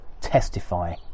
testify